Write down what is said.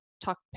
talk